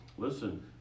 listen